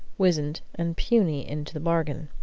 wizened, and puny into the bargain.